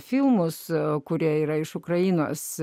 filmus kurie yra iš ukrainos